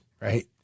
right